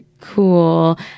cool